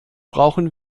brauchen